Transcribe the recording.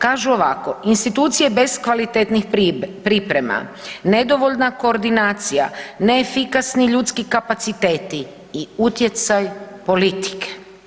Kažu ovako, institucije bez kvalitetnih priprema, nedovoljna koordinacija, neefikasni ljudski kapaciteti i utjecaj politike.